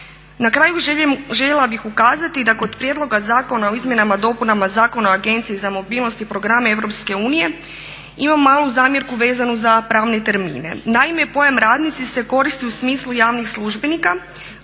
Na kraju željela bih ukazati da kod prijedloga zakona o izmjenama i dopunama Zakona o Agenciji za mobilnost i programe EU imam malu zamjerku vezanu za pravne termine. Naime, pojam radnici se koristi u smislu javnih službenika.